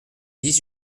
dix